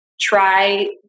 try